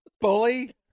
Bully